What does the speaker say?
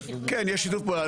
כן, יש שיתוף פעולה.